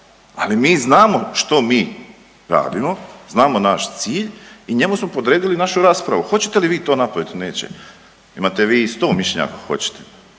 ali mi znamo što mi radimo, znamo naš cilj i njemu smo podredili našu raspravu. Hoćete li vi to napraviti, neće, imate vi i 100 mišljenja ako hoćete,